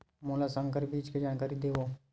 मोला संकर बीज के जानकारी देवो?